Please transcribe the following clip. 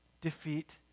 defeat